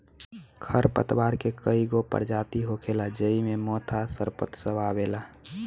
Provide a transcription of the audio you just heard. खर पतवार के कई गो परजाती होखेला ज़ेइ मे मोथा, सरपत सब आवेला